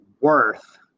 worth